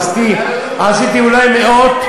עשיתי אולי מאות,